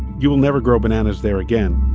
you will never grow bananas there again